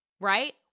right